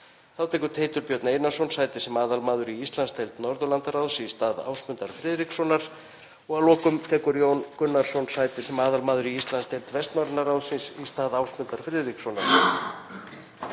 Þá tekur Teitur Björn Einarsson sæti sem aðalmaður í Íslandsdeild Norðurlandaráðs í stað Ásmundar Friðrikssonar og að lokum tekur Jón Gunnarsson sæti sem aðalmaður í Íslandsdeild Vestnorræna ráðsins í stað Ásmundar Friðrikssonar.